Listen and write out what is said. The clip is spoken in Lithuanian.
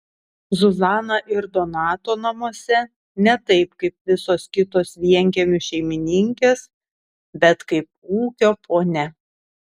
zuzana ir donato namuose ne taip kaip visos kitos vienkiemių šeimininkės bet kaip ūkio ponia